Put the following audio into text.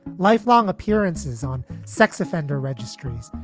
lifelong appearances on sex offender registries,